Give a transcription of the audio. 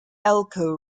elko